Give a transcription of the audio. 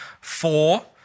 four